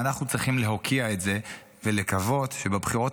ואנחנו צריכים להוקיע את זה ולקוות שבבחירות